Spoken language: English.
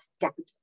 capital